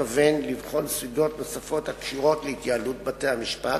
מתכוון לבחון סוגיות נוספות הקשורות להתייעלות בתי-המשפט,